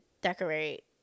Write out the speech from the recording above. decorate